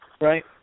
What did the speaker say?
Right